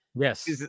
Yes